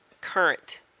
current